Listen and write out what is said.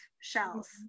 shells